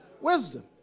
Wisdom